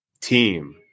team